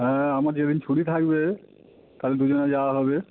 হ্যাঁ আমার যেদিন ছুটি থাকবে তাহলে দুজনে যাওয়া হবে